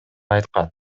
айткан